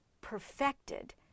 perfected